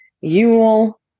yule